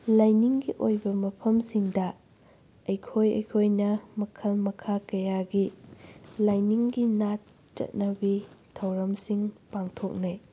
ꯂꯥꯏꯅꯤꯡꯒꯤ ꯑꯣꯏꯕ ꯃꯐꯝꯁꯤꯡꯗ ꯑꯩꯈꯣꯏ ꯑꯩꯈꯣꯏꯅ ꯃꯈꯜ ꯃꯈꯥ ꯀꯌꯥꯒꯤ ꯂꯥꯏꯅꯤꯡꯒꯤ ꯅꯥꯠ ꯆꯠꯅꯕꯤ ꯊꯧꯔꯝꯁꯤꯡ ꯄꯥꯡꯊꯣꯛꯅꯩ